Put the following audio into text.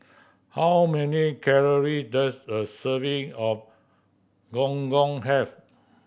how many calorie does a serving of Gong Gong have